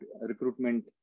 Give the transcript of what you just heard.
recruitment